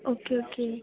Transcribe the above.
okay okay